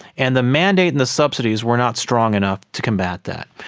and the mandate and the subsidies were not strong enough to combat that.